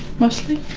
mostly.